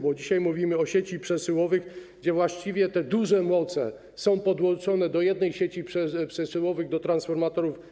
Bo dzisiaj mówimy o sieciach przesyłowych, gdzie te duże moce są podłączone do jednej sieci przesyłowej do transformatorów.